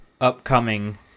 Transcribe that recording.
upcoming